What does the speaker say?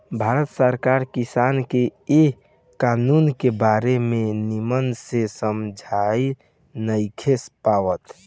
भारत सरकार किसान के ए कानून के बारे मे निमन से समझा नइखे पावत